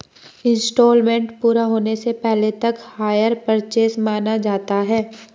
instalment पूरा होने से पहले तक हायर परचेस माना जाता है